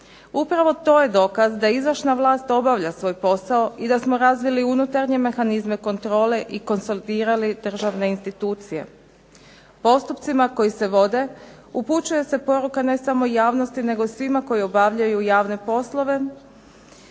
Upravo to je dokaz da izvršna vlast obavlja svoj posao i da smo razvili unutarnje mehanizme kontrole i konsolidirali državne institucije. Postupcima koji se vode upućuje se poruka ne samo javnosti nego i svima koji obavljaju javne poslove,